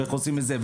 ואיך עושים את זה?